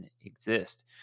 exist